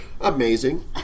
Amazing